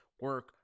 Work